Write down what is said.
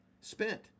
spent